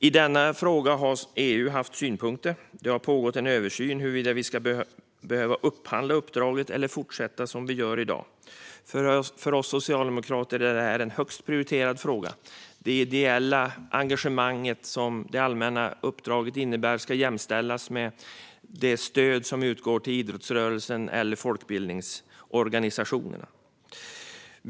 I denna fråga har EU haft synpunkter. Det har pågått en översyn av huruvida vi ska behöva upphandla uppdraget eller fortsätta som vi gör i dag. För oss socialdemokrater är detta en högst prioriterad fråga. Det ideella engagemang som det allmänna uppdraget innebär ska jämställas med det stöd som utgår till idrottsrörelsen eller folkbildningsorganisationerna.